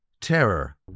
Terror